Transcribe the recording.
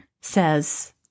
says